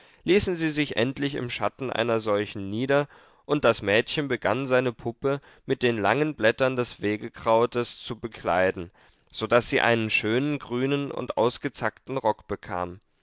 ließen sie sich endlich im schatten einer solchen nieder und das mädchen begann seine puppe mit den langen blättern des wegekrautes zu bekleiden so daß sie einen schönen grünen und ausgezackten rock bekam